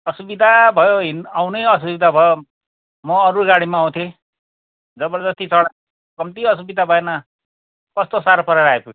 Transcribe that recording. असुविधा भयो आउनै असुविधा भयो म अरू गाडीमा आउथेँ जबरजस्ती चढेँ कम्ती असुविधा भएन कस्तो साह्रो परेर आइपुगेँ